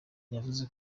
yavuze